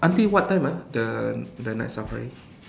until what time ah the the night safari